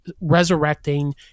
resurrecting